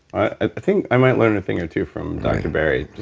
i think i might learn a thing or two from doctor barry.